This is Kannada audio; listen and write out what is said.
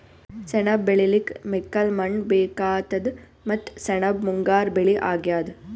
ಸೆಣಬ್ ಬೆಳಿಲಿಕ್ಕ್ ಮೆಕ್ಕಲ್ ಮಣ್ಣ್ ಬೇಕಾತದ್ ಮತ್ತ್ ಸೆಣಬ್ ಮುಂಗಾರ್ ಬೆಳಿ ಅಗ್ಯಾದ್